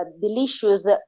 delicious